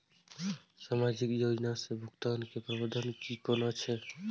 सामाजिक योजना से भुगतान के प्रावधान की कोना छै?